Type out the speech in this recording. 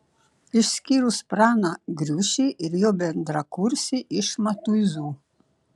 išskyrus praną griušį ir jo bendrakursį iš matuizų